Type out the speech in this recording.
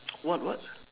what what